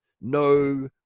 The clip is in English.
No